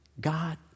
God